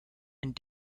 and